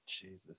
Jesus